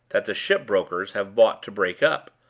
that the ship-brokers have bought to break up.